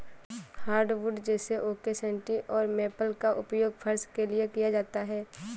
hardwood जैसे oak सन्टी और मेपल का उपयोग फर्श के लिए किया जाता है